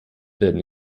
werden